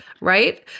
right